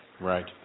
Right